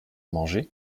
manger